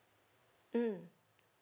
mm